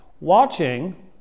Watching